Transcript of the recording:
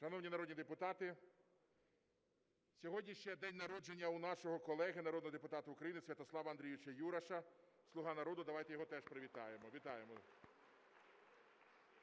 Шановні народні депутати, сьогодні ще день народження у нашого колеги народного депутата України Святослава Андрійовича Юраша, "Слуга народу". Давайте його теж привітаємо. Вітаємо!